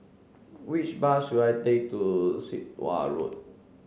which bus should I take to Sit Wah Road